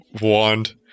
wand